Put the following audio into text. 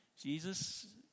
Jesus